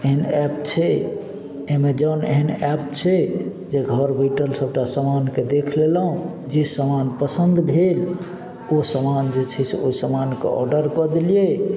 एहन ऐप छै एमेजॉन एहन ऐप छै जे घर बैठल सबटा सामानके देख लेलहुँ जे सामान पसन्द भेल ओ सामान जे छै से ओइ सामानके ऑर्डर कऽ देलियै